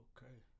Okay